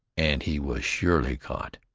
and he was surely caught.